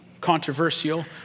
controversial